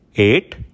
Eight